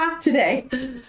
today